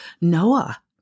Noah